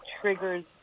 triggers